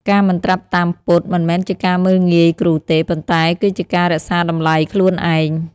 ការមិនត្រាប់តាម «ពុត» មិនមែនជាការមើលងាយគ្រូទេ ប៉ុន្តែគឺជាការរក្សាតម្លៃខ្លួនឯង។